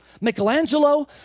Michelangelo